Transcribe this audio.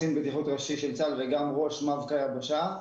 ראשי וגם ראש מבק"א יבשה.